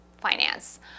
finance